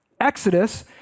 Exodus